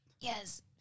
Yes